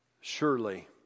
surely